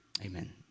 Amen